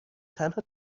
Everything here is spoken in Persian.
تنها